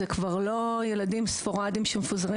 אלה כבר לא ילדים ספוראדיים שמפוזרים